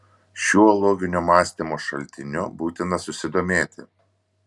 šiuo loginio mąstymo šaltiniu būtina susidomėti